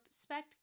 respect